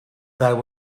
there